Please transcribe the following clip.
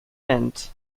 meant